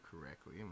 correctly